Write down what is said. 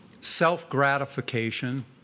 Self-gratification